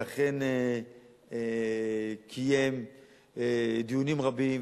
ואכן קיים דיונים רבים,